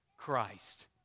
Christ